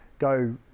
Go